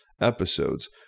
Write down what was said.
episodes